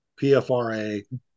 PFRA